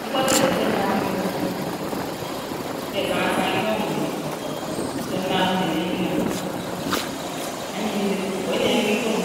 Mkpó sé ámi ñsémá k'ídém ágwo, ké ásáñásáñá ídém ágwodén, nsémá ágwodén áyióñ, áyéné ídém bót ínékék'íkpon ò,